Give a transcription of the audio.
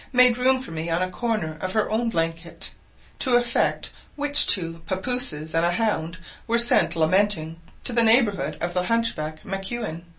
made room for me on a corner of her own blanket to effect which two papouses and a hound were sent lamenting to the neighbourhood of the hunchback maquin.